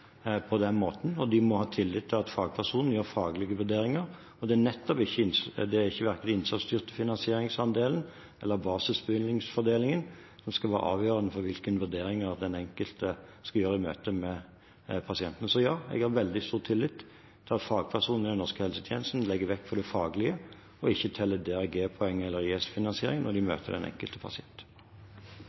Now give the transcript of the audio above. på den måten, og de må ha tillit til at fagpersonen gjør faglige vurderinger. Det er verken den innsatsstyrte finansieringsandelen eller basisbevilgningsfordelingen som skal være avgjørende for hvilke vurderinger den enkelte skal gjøre i møte med pasienten. Så ja, jeg har veldig stor tillit til at fagpersoner i den norske helsetjenesten legger vekt på det faglige og ikke tenker DRG-poenger eller ISF-finansiering når de møter den enkelte pasient.